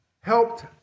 helped